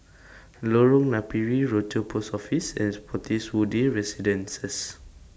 Lorong Napiri Rochor Post Office and Spottiswoode Residences